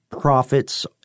profits